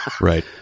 Right